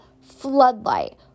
floodlight